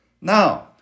Now